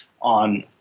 on